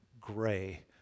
gray